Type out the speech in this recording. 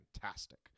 fantastic